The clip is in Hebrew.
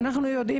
אנחנו יודעים